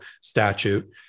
statute